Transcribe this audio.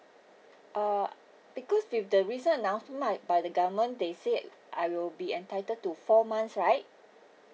uh because with the recent announcement by the government they said I will be entitled to four months right